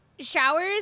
Showers